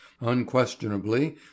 Unquestionably